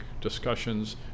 discussions